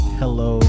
hello